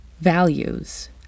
values